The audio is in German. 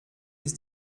ist